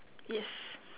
yes